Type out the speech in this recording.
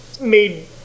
made